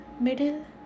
middle